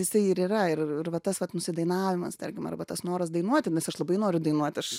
jisai ir yra ir ir va tas vat nusidainavimas tarkim arba tas noras dainuoti nes aš labai noriu dainuot aš